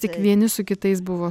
tik vieni su kitais buvo